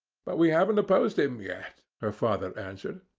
but we haven't opposed him yet, her father answered.